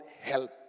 help